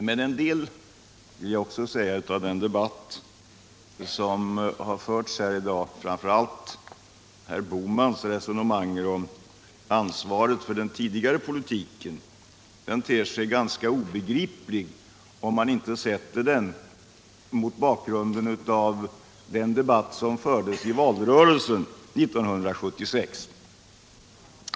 Men en del av den debatt som förts här i dag — och då framför allt herr Bohmans resonemang om ansvaret för den tidigare politiken — ter sig ganska obegriplig om man inte ser den mot bakgrund av den debatt som fördes i valrörelsen 1976.